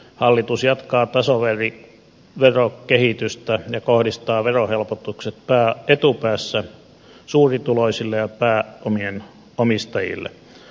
hallitus jatkaa tasaverokehitystä ja kohdistaa verohelpotukset etupäässä suurituloisille ja pääomien omistajille